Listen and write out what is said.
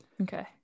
okay